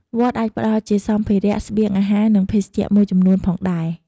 វត្តអាចផ្ដល់ជាសម្ភារៈ ស្បៀងអាហារ និងភេសជ្ជៈមួយចំនួនផងដែរ។